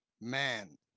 Man